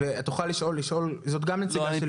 סמי, תוכל לשאול, זאת גם נציגה של העירייה.